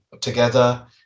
together